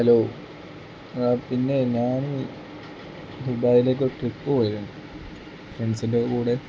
hello പിന്നെ ഞാാൻ ദുബായിയിലേക്ക് ഒരു ട്രിപ്പ് പോയിരുന്നു ഫ്രണ്ട്സിൻ്റെ കൂടെ